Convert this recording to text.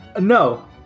no